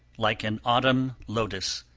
like an autumn lotus,